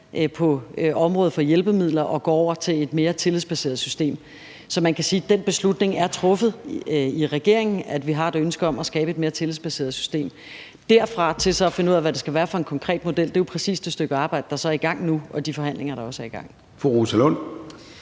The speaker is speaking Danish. på området for hjælpemidler og at gå over til et mere tillidsbaseret system. Så man kan sige, at den beslutning er truffet i regeringen: Vi har et ønske om at skabe et mere tillidsbaseret system. Derfra og så til at finde ud af, hvad det skal være for en konkret model, er jo præcis det stykke arbejde, der er i gang nu, og de forhandlinger, der også er i gang.